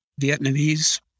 Vietnamese